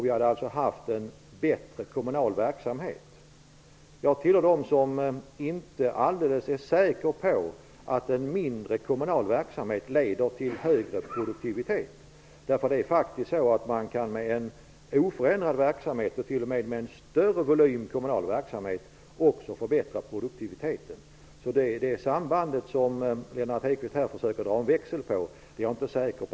Vi hade alltså haft en bättre kommunal verksamhet. Jag tillhör dem som inte är alldeles säkra på att en mindre kommunal verksamhet leder till högra produktivitet. Man kan faktiskt också med en oförändrad verksamhet, och t.o.m. med en större volym kommunal verksamhet, förbättra produktiviteten. Jag är inte säker på att det samband finns som Lennart Hedquist här försöker dra en växel på.